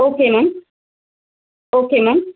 okay ma'am okay ma'am